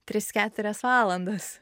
tris keturias valandas